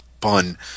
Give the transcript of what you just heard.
fun